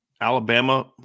Alabama